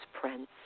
Prince